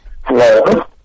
Hello